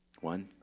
One